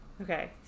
Okay